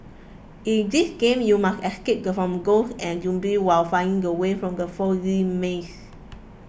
in this game you must escape from ghosts and zombies while finding the way out from the foggy maze